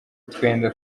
utwenda